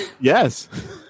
Yes